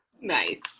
Nice